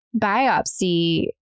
biopsy